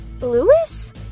Lewis